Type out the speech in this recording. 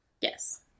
Yes